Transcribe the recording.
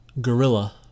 gorilla